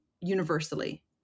universally